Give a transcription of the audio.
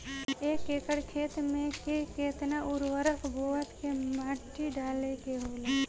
एक एकड़ खेत में के केतना उर्वरक बोअत के माटी डाले के होला?